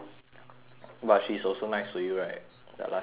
but she's also nice to you right the last training